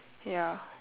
ya